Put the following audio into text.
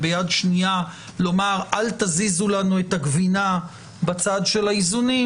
וביד שנייה לומר: אל תזיזו לנו את הגבינה בצד של האיזונים,